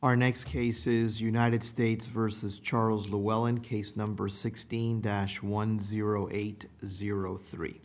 our next case is united states versus charles the well in case number sixteen dash one zero eight zero three